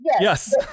Yes